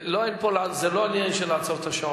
עצרו, בבקשה, זה לא עניין של לעצור את השעון.